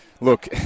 look